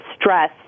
stress